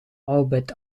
albert